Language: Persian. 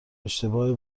اشتباه